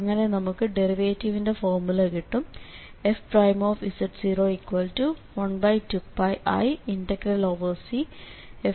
അങ്ങനെ നമുക്ക് ഡെറിവേറ്റിവിന്റെ ഫോർമുല കിട്ടും f12πiCfzz z02dz